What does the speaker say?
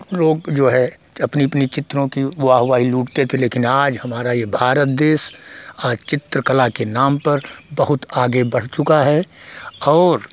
लोग जो है अपनी अपनी चित्रों की वाहवाही लूटते थे लेकिन आज हमारा ये भारत देश आज चित्रकला के नाम पर बहुत आगे बढ़ चुका है और